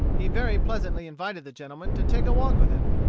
he very pleasantly invited the gentleman to take a walk with him.